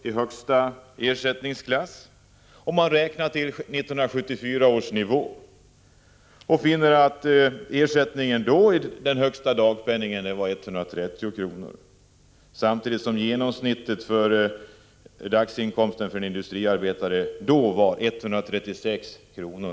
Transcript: i högsta ersättningsklass. Man kan jämföra med ersättningen 1974. Då var den högsta dagpenningen 130 kr., samtidigt som genomsnittet för en dagsinkomst för en industriarbetare var 136:60.